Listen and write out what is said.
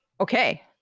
Okay